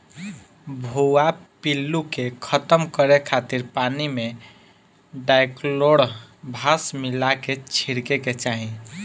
भुआ पिल्लू के खतम करे खातिर पानी में डायकलोरभास मिला के छिड़के के चाही